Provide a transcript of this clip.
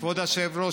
כבוד היושב-ראש,